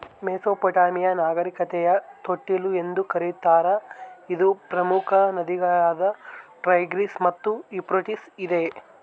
Mesopotamia ನಾಗರಿಕತೆಯ ತೊಟ್ಟಿಲು ಎಂದು ಕರೀತಾರ ಇದು ಪ್ರಮುಖ ನದಿಗಳಾದ ಟೈಗ್ರಿಸ್ ಮತ್ತು ಯೂಫ್ರಟಿಸ್ ಇದೆ